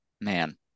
man